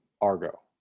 Argo